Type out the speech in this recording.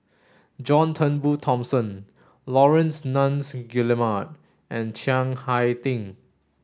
John Turnbull Thomson Laurence Nunns Guillemard and Chiang Hai Ding